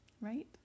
Right